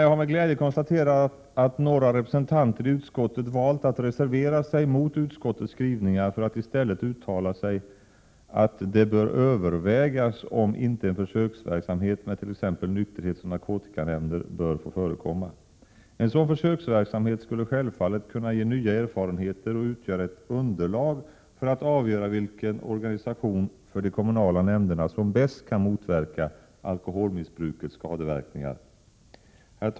Jag har med glädje konstaterat att några representanter i utskottet valt att reservera sig mot utskottets skrivningar för att i stället uttala att det bör övervägas om inte en försöksverksamhet med t.ex. nykterhetsoch narkotikanämnder bör få förekomma. En sådan försöksverksamhet skulle självfallet kunna ge nya erfarenheter och utgöra ett underlag för att avgöra vilken organisation för de kommunala nämnderna som bäst kan motverka alkoholmissbrukets skadeverkningar.